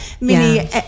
mini